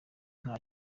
nta